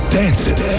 dancing